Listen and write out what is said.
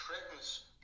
threatens